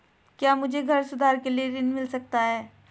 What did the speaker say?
क्या मुझे घर सुधार के लिए ऋण मिल सकता है?